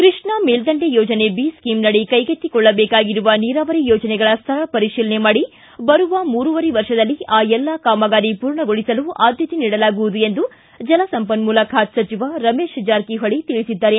ಕೃಷ್ಣಾ ಮೇಲ್ದಂಡೆ ಯೋಜನೆ ಬಿ ಸ್ಕಿಂನಡಿ ಕೈಗೆತ್ತಿಕೊಳ್ಳಬೇಕಾಗಿರುವ ನೀರಾವರಿ ಯೋಜನೆಗಳ ಸ್ಥಳ ಪರಿಶೀಲನೆ ಮಾಡಿ ಬರುವ ಮೂರುವರೆ ವರ್ಷದಲ್ಲಿ ಆ ಎಲ್ಲಾ ಕಾಮಗಾರಿ ಪೂರ್ಣಗೊಳಿಸಲು ಆದ್ಯತೆ ನೀಡಲಾಗುವುದು ಎಂದು ಜಲ ಸಂಪನ್ಮೂಲ ಖಾತೆ ಸಚಿವ ರಮೇಶ ಜಾರಕಿಹೊಳಿ ತಿಳಿಸಿದ್ದಾರೆ